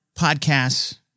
podcasts